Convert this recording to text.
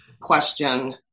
question